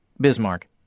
Bismarck